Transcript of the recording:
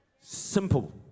Simple